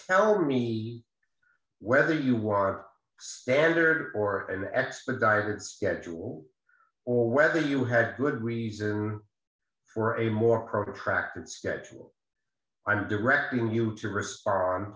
tell me whether you was standard or an expedited schedule or whether you had good reason for a more protracted schedule i'm directing you to respond